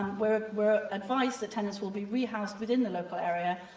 we're we're advised that tenants will be rehoused within the local area,